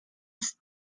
ist